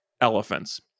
elephants